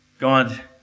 God